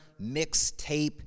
mixtape